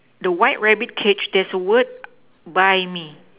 the white rabbit cage there's a word buy me